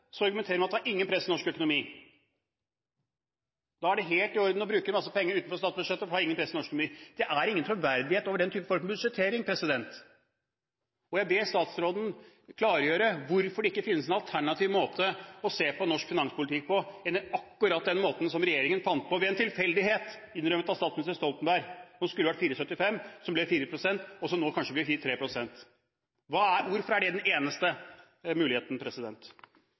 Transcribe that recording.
argumenterer man med at det gir ikke noe press i norsk økonomi. Da er det helt i orden å bruke mange penger utenfor statsbudsjettet, for det gir ikke noe press i norsk økonomi. Det er ingen troverdighet over den form for budsjettering. Jeg ber statsråden klargjøre hvorfor det ikke finnes noen alternativ måte å se på norsk finanspolitikk på enn akkurat den måten som regjeringen fant på ved en tilfeldighet – innrømmet av statsminister Stoltenberg – og som skulle ha vært 4,75 pst., som ble 4 pst., og som nå kanskje blir 3 pst. Hvorfor er det den eneste muligheten?